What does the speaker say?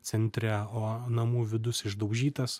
centre o namų vidus išdaužytas